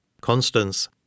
Constance